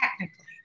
technically